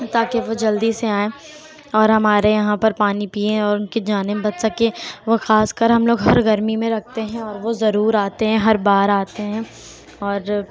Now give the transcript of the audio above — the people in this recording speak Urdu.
تاکہ وہ جلدی سے آئیں اور ہمارے یہاں پر پانی پئیں اور ان کی جانیں بچ سکیں اور خاص کر ہم لوگ ہر گرمی میں رکھتے ہیں اور وہ ضرور آتے ہیں ہر بار آتے ہیں اور